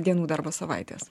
dienų darbo savaitės